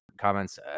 comments